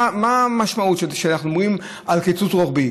מה המשמעות כשאנחנו אומרים "קיצוץ רוחבי"?